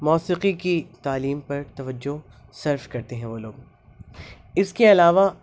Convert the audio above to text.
موسیقی کی تعلیم پر توجہ صرف کرتے ہیں وہ لوگ اس کے علاوہ